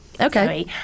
Okay